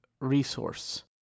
resource